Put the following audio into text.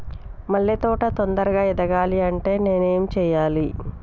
మల్లె తోట తొందరగా ఎదగాలి అంటే నేను ఏం చేయాలి?